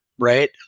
Right